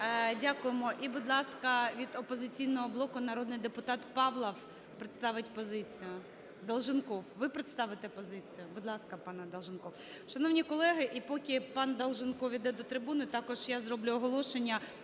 Дякуємо. І, будь ласка, від "Опозиційного блоку" народний депутат Павлов представить позицію. Долженков, ви представите позицію? Будь ласка, пане Долженков. Шановні колеги, і поки пан Долженков іде до трибуни, також я зроблю оголошення.